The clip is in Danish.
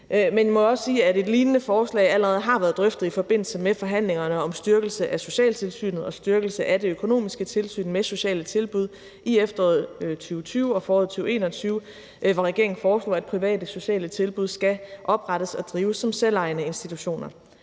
men jeg må også sige, at et lignende forslag allerede har været drøftet i forbindelse med forhandlingerne om styrkelse af socialtilsynet og styrkelse af det økonomiske tilsyn med sociale tilbud i efteråret 2020 og foråret 2021, hvor regeringen foreslog, at private sociale tilbud skal oprettes og drives som selvejende institutioner.